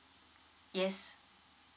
yes